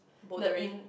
bouldering